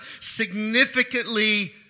significantly